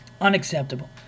Unacceptable